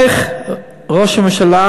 איך ראש הממשלה,